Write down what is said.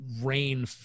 Rain